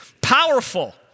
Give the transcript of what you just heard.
powerful